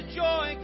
joy